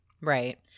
Right